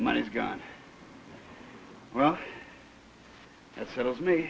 money's gone well settles me